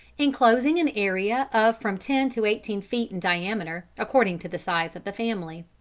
inclosing an area of from ten to eighteen feet in diameter, according to the size of the family.